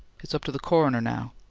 it's up to the coroner now.